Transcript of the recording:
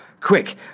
Quick